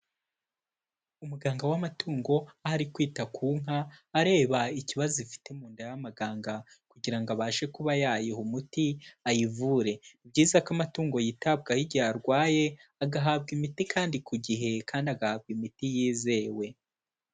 Umuganga w'amatungo ari kwita ku nka, areba ikibazo ifite mu nda y'amaganga kugira ngo abashe kuba yayiha umuti ayivure, ni byiza ko amatungo yitabwaho igihe arwaye, agahabwa imiti kandi ku gihe kandi agahabwa imiti yizewe.